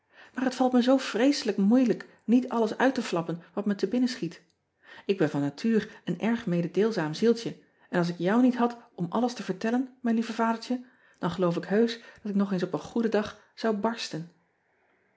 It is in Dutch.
aar het valt me zoo vreeselijk moeilijk niet alles uit te flappen wat me te binnenschiet k ben van natuur een erg mededeelzaam zieltje en als ik jou niet had om alles te vertellen mijn lieve adertje dan geloof ik heusch dat ik nog eens op een goeden dag zou barsten